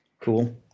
Cool